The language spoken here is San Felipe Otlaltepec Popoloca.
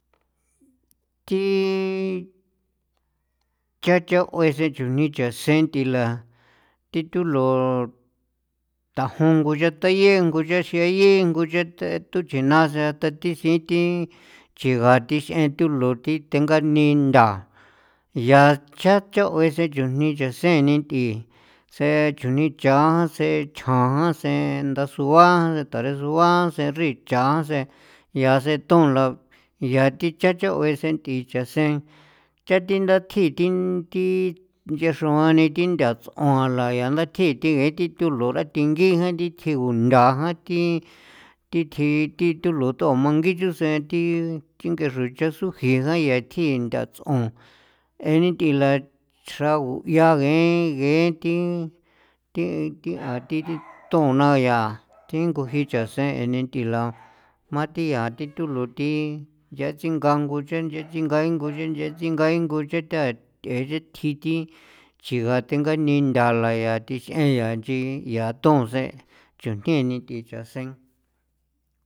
Thi cha cha 'ue sen chujni chasen nth'ila thi thulo tajun ngo ya ta'ie nguye xia yen nguye the thu chee na sen ta thi siin thi chigaa thi s'en thulo thi tenga ni ntha, yaa cha cha'uen sen chujni ni chaseen ni nth'ii tsje chujnii cha tjse chjan sen ndasua taresua sen nchrichan sen yaa setun la yaa thi cha cha'oe sen th'i cha sen cha thi nda thji'i thi thi nchexroa ni thi ntha ts'on ala yaa nda thjii thi ngee thi thulo rathengijan thi thjigu nga nthajan thi thi thji thi thulo tomangincho sen thi thingaxro cha suji dayee tji ndats'on jee ni nth'ii la chrjaguaia ni ngee ng'ee thi thi thia thi thon na yaa thingo jii chaasen ninth'ila jma thia thi thulo thi yatsinga ngunche nchatsinga ngo nchetsinga ngu ngo cha tai th'exin thji thi chigaa tenga ni nthala yaa thi x'en ya nchi yathon sen chujnii ni thii chasen.